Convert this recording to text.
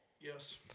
Yes